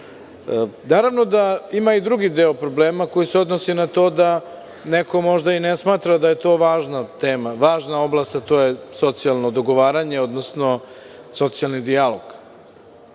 pažnja. Naravno da ima i drugi deo problema koji se odnosi na to da neko možda i ne smatra da je to važna tema, važna oblast, a to je socijalno dogovaranje, odnosno socijalni dijalog. Mi